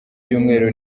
cyumweru